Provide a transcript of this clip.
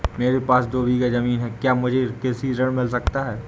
मेरे पास दो बीघा ज़मीन है क्या मुझे कृषि ऋण मिल सकता है?